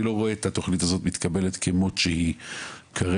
אני לא רואה את התוכנית הזאת מתקבלת כמו שהיא כרגע,